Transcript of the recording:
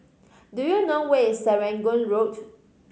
do you know where is Serangoon Road